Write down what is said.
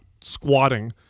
squatting